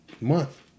month